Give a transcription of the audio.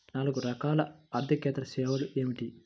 నాలుగు రకాల ఆర్థికేతర సేవలు ఏమిటీ?